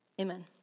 Amen